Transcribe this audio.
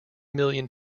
million